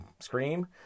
scream